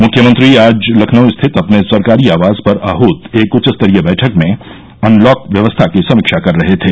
मुख्यमंत्री आज लखनऊ स्थित अपने सरकारी आवास पर आहूत एक उच्चस्तरीय बैठक में अनलॉक व्यवस्था की समीक्षा कर रहे थे